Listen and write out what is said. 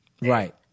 Right